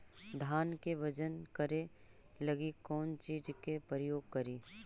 धान के बजन करे लगी कौन चिज के प्रयोग करि?